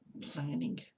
planning